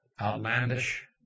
outlandish